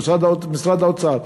משרד האוצר,